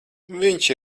viņš